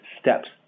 steps